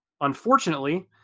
unfortunately